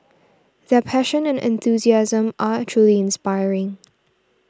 their passion and enthusiasm are truly inspiring